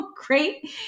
great